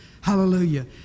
Hallelujah